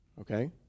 okay